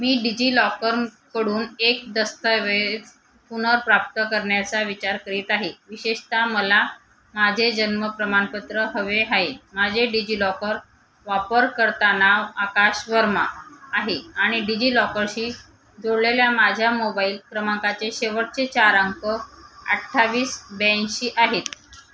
मी डिजिलॉकरकडून एक दस्तऐवज पुनर्प्राप्त करण्याचा विचार करीत आहे विशेषतः मला माझे जन्म प्रमाणपत्र हवे आहे माझे डिजिलॉकर वापरकर्ता नाव आकाश वर्मा आहे आणि डिजिलॉकरशी जोडलेल्या माझ्या मोबाईल क्रमांकाचे शेवटचे चार अंक अठ्ठावीस ब्याऐंशी आहेत